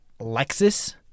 Lexus